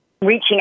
reaching